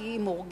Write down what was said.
כי היא מאורגנת,